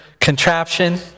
contraption